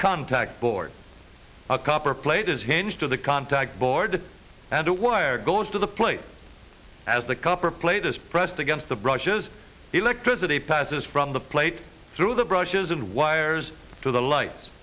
contact board a copper plate is hinged to the contact board and a wire goes to the plate as the copper plate is pressed against the brushes electricity passes from the plate through the brushes and wires to the lights